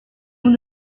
nous